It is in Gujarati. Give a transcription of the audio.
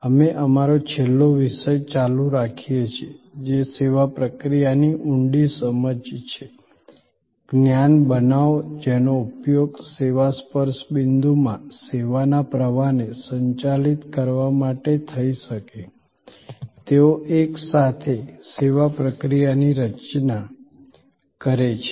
અમે અમારો છેલ્લો વિષય ચાલુ રાખીએ છીએ જે સેવા પ્રક્રિયાની ઊંડી સમજ છે જ્ઞાન બનાવો જેનો ઉપયોગ સેવા સ્પર્શ બિંદુમાં સેવાના પ્રવાહને સંચાલિત કરવા માટે થઈ શકે તેઓ એકસાથે સેવા પ્રક્રિયાની રચના કરે છે